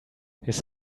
his